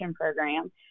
program